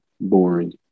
boring